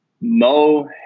Mo